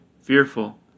fearful